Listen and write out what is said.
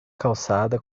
calçada